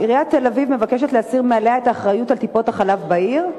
עיריית תל-אביב מבקשת להסיר מעליה את האחריות לטיפות-החלב בעיר.